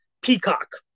Peacock